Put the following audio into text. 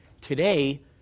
Today